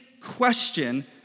question